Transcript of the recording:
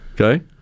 Okay